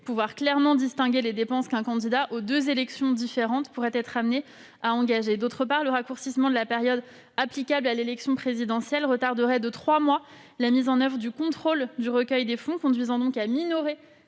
pouvoir clairement distinguer les dépenses qu'un candidat aux deux élections différentes pourrait engager. Ensuite, le raccourcissement de la période applicable à l'élection présidentielle retarderait de trois mois la mise en oeuvre du contrôle du recueil des fonds, ce qui conduirait à minorer